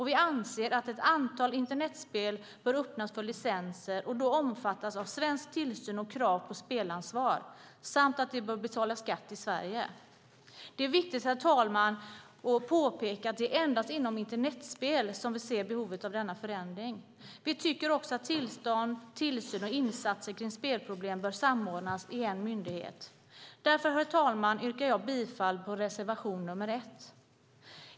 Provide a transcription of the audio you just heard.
Vi anser att ett antal internetspel bör öppnas för licenser, och då omfattas av svensk tillsyn och krav på spelansvar, samt att de bör betala skatt i Sverige. Det är viktigt, herr talman, att påpeka att det är endast inom internetspel som vi ser behovet av denna förändring. Vi tycker också att tillstånd, tillsyn och insatser kring spelproblem bör samordnas i en myndighet. Därför, herr talman, yrkar jag bifall till reservation nr 1.